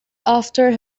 after